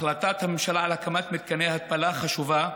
החלטת הממשלה על הקמת מתקני התפלה חשובה,